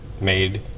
made